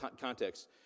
context